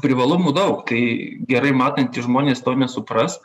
privalumų daug tai gerai matantys žmonės to nesupras